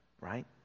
right